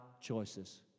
choices